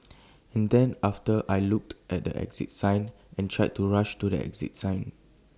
and then after I looked at the exit sign and tried to rush to the exit sign